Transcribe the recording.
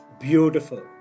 Beautiful